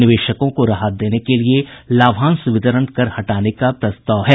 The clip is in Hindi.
निवेशकों को राहत देने के लिए लाभांश वितरण कर हटाने का प्रस्ताव है